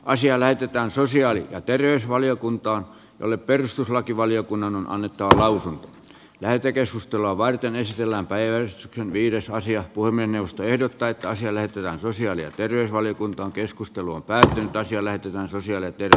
asia lähetetään sosiaali ja terveysvaliokuntaan jolle perustuslakivaliokunnan on annettava lausunto lähetekeskustelua varten ensi illan päiväys on viides asia voi mennä ostoehdot taitaisi löytyä sosiaali ja terveysvaliokunta keskustelun päätähdentäisi eläytyvän sosiaalityötä